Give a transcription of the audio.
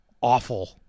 awful